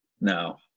No